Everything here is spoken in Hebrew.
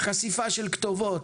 חשיפה של כתובות,